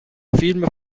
film